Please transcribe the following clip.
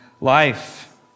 life